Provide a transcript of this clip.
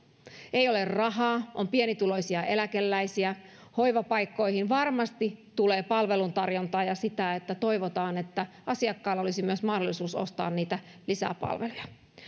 ei ole rahaa on pienituloisia eläkeläisiä hoivapaikkoihin varmasti tulee palvelutarjontaa ja sitä että toivotaan että asiakkaalla olisi myös mahdollisuus ostaa niitä lisäpalveluja